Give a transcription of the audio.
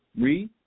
Read